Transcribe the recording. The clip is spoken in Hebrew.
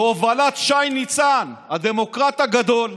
בהובלת שי ניצן, הדמוקרטי הגדול,